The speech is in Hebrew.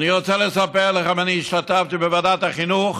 אני רוצה לספר לך שאני השתתפתי בוועדת החינוך